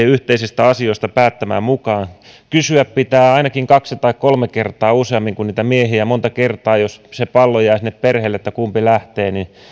yhteisistä asioista päättämään kysyä pitää ainakin kaksi tai kolme kertaa useammin kuin miehiä ja monta kertaa jos se pallo jää sinne perheelle että kumpi lähtee